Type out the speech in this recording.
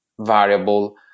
variable